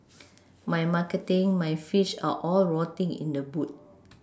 my marketing my fish are all rotting in the boot